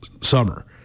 summer